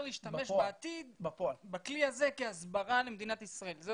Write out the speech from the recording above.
להשתמש בעתיד בכלי הזה כהסברה למדינת ישראל?